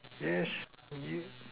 yes is it